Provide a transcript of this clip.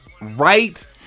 Right